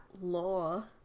law